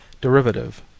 derivative